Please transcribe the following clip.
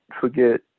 forget